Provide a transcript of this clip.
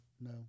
no